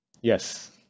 Yes